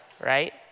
right